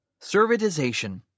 Servitization